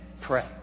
pray